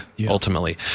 ultimately